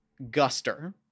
Guster